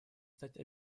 стать